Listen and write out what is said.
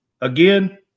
again